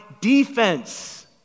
defense